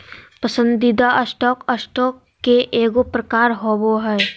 पसंदीदा stock, stock के एगो प्रकार होबो हइ